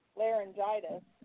laryngitis